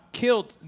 killed